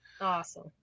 awesome